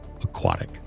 aquatic